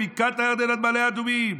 מבקעת הירדן עד מעלה אדומים,